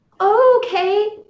Okay